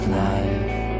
life